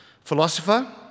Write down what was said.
philosopher